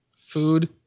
food